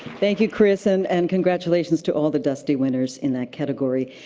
thank you, chris, and and congratulations to all the dusty winners in that category.